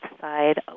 side